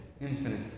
infinite